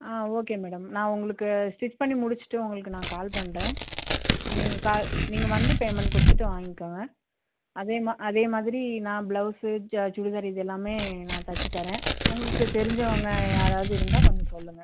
ஆ okay madam நா உங்களுக்கு stitch பண்ணி முடிச்சிட்டு உங்களுக்கு நான் கால் பண்ணுறன் நீங்கள் கால் நீங்கள் வந்து பேமென்ட் கொடுத்துட்டு வாங்கிக்கோங்க அதே மா அதே மாதிரி நான் ப்ளவுஸ் ஜ சுடிதார் இது எல்லாமே நான் தச்சு தருகிறேன் உங்களுக்கு தெரிஞ்சவங்க யாராவது இருந்தால் கொஞ்சம் சொல்லுங்கள்